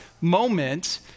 moment